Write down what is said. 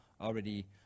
already